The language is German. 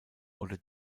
oder